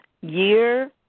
year